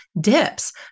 dips